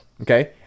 Okay